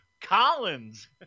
Collins